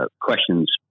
questions